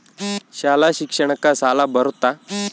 ಶಾಲಾ ಶಿಕ್ಷಣಕ್ಕ ಸಾಲ ಬರುತ್ತಾ?